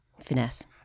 finesse